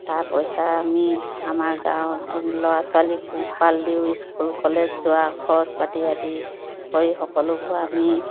তাৰ পইচা আমি আমাৰ গাঁৱৰ ল'ৰা ছোৱালীক পোহপাল দিওঁ স্কুল কলেজ যোৱা খৰচ পাতি আদি কৰি সকলোবোৰ আমি